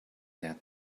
that